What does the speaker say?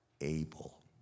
able